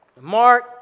Mark